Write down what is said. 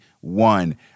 one